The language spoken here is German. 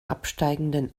absteigenden